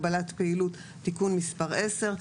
הגבלת פעילות תיקון מספר עשר.